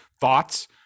thoughts